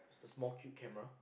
its a small cube camera